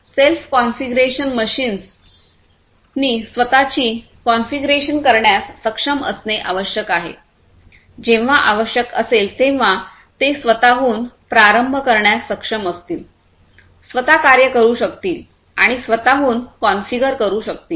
self configuration मशीन्सनी स्वत ची कॉन्फिगरेशन करण्यास सक्षम असणे आवश्यक आहे जेव्हा आवश्यक असेल तेव्हा ते स्वतःहून प्रारंभ करण्यास सक्षम असतील स्वतः कार्य करू शकतील आणि स्वतःहून कॉन्फिगर करू शकतील